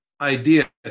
idea